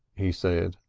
he said,